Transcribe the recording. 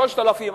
3,000,